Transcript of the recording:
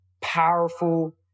powerful